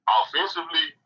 offensively